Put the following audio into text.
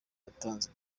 yatanze